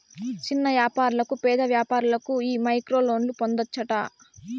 సిన్న యాపారులకు, పేద వ్యాపారులకు ఈ మైక్రోలోన్లు పొందచ్చట